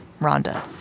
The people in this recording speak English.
Rhonda